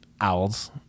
Owls